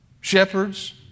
Shepherds